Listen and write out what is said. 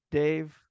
dave